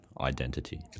identity